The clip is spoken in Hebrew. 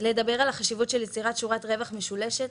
לדבר על החשיבות של יצירת שורת רווח משולשת,